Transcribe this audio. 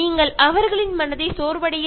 നിങ്ങൾക്ക് അവരെ മാനസികമായി തകർക്കാൻ കഴിയില്ല